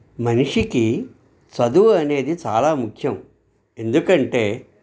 మనిషికి చదువు అనేది చాలా ముఖ్యం ఎందుకంటే